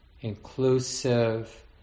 inclusive